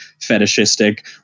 fetishistic